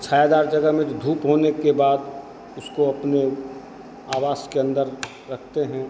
छायादार जगह में जो धूप होने के बाद उसको अपने आवास के अंदर रखते हैं